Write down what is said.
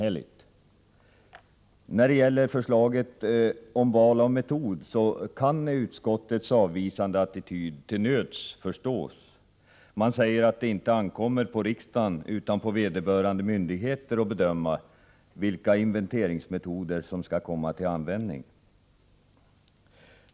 När det gäller förslaget om val av metod kan utskottets avvisande till nöds förstås. Man säger att det inte ankommer på riksdagen utan på vederbörande myndigheter att bedöma vilka inventeringsmetoder som skall komma till användning.